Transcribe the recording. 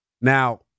Now